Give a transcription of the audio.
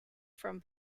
from